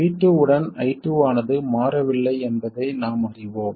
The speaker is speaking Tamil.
V2 உடன் I2 ஆனது மாறவில்லை என்பதை நாம் அறிவோம்